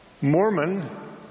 Mormon